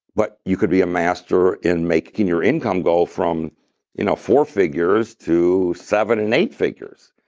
but you could be a master in making your income go from you know four figures to seven and eight figures.